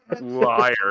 Liar